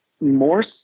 more